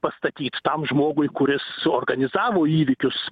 pastatyt tam žmogui kuris suorganizavo įvykius